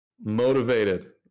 motivated